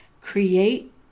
Create